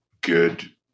good